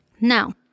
Now